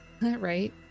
Right